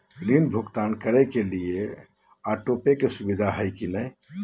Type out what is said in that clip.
ऋण भुगतान करे के लिए ऑटोपे के सुविधा है की न?